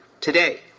today